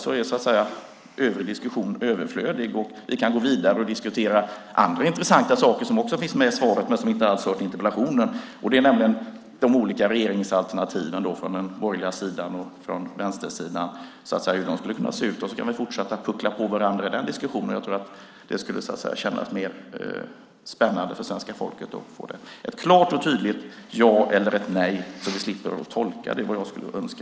I så fall blir den diskussionen överflödig och vi kan gå vidare och diskutera andra intressanta saker som också finns med i svaret men som inte alls hör till interpellationen, nämligen hur de olika regeringsalternativen från den borgerliga sidan och från vänstersidan skulle kunna se ut. Sedan kan vi fortsätta att puckla på varandra i den diskussionen. Men jag tror att det skulle kännas mer spännande för svenska folket att få ett klart och tydligt ja eller nej, så att vi slipper tolka. Det är vad jag skulle önska.